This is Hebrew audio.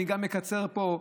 גם אני מקצר פה.